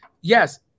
yes